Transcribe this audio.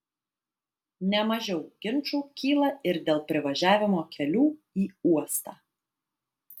ne mažiau ginčų kyla ir dėl privažiavimo kelių į uostą